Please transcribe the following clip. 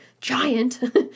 giant